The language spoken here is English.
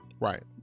Right